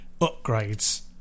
upgrades